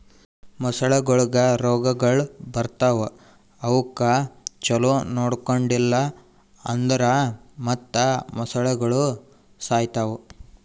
ಮೊಸಳೆಗೊಳಿಗ್ ರೋಗಗೊಳ್ ಬರ್ತಾವ್ ಅವುಕ್ ಛಲೋ ನೊಡ್ಕೊಂಡಿಲ್ ಅಂದುರ್ ಮತ್ತ್ ಮೊಸಳೆಗೋಳು ಸಾಯಿತಾವ್